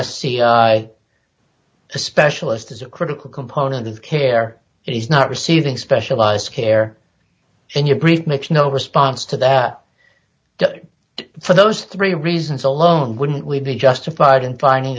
sci specialist is a critical component of the care he's not receiving specialized care and your grief makes no response to that for those three reasons alone wouldn't we be justified in finding